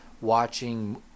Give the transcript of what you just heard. watching